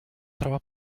trova